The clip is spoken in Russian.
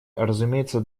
разумеется